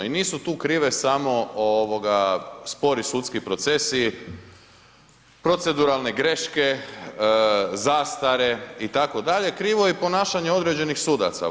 I nisu tu krive samo spori sudski procesi, proceduralne greške, zastare, itd. krivo je i ponašanje određenih sudaca.